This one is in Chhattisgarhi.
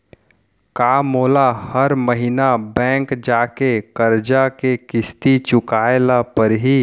का मोला हर महीना बैंक जाके करजा के किस्ती चुकाए ल परहि?